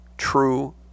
true